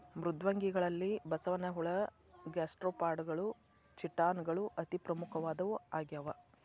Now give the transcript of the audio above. ಮೃದ್ವಂಗಿಗಳಲ್ಲಿ ಬಸವನಹುಳ ಗ್ಯಾಸ್ಟ್ರೋಪಾಡಗಳು ಚಿಟಾನ್ ಗಳು ಅತಿ ಪ್ರಮುಖವಾದವು ಆಗ್ಯಾವ